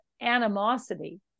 animosity